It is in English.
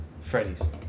Freddy's